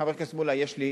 חבר הכנסת מולה, יש לי